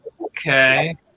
Okay